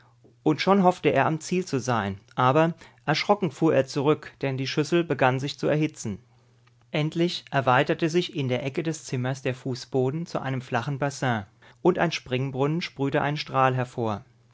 und schon hoffte er am ziel zu sein aber erschrocken fuhr er zurück denn die schüssel begann sich zu erhitzen endlich erweiterte sich in der ecke des zimmers der fußboden zu einem flachen bassin und ein springbrunnen sprühte einen strahl hervor